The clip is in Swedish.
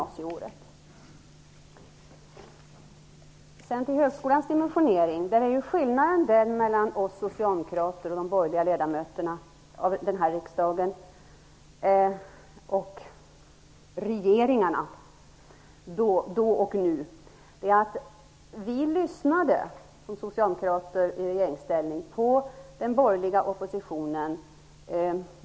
När det gäller högskolans dimensionering är skillnaden mellan oss socialdemokrater och de borgerliga ledamöterna av denna riksdag samt regeringarna, då och nu, att när vi socialdemokrater var i regeringsställning, lyssnade vi på den borgerliga oppositionen.